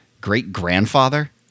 great-grandfather